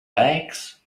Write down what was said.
legs